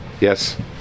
Yes